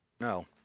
No